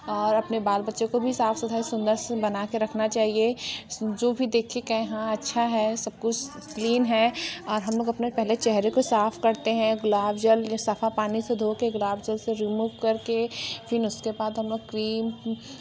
और अपने बाल बच्चों को भी साफ़ सफ़ाई सुन्दर सा बना से बना के रखना चाहिए जो भी देखे कहे हाँ अच्छा है सब कुछ क्लीन है और हम लोग अपने पहले चेहरे को साफ़ करते हैं गुलाब जल या साफ़ा पानी से धो के गुलाब जल से रुमूव कर के फिर उसके बाद हम लोग क्रीम